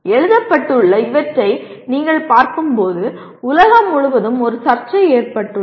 எழுதப்பட்டுள்ள இவற்றை நீங்கள் பார்க்கும்போது உலகம் முழுவதும் ஒரு சர்ச்சை ஏற்பட்டுள்ளது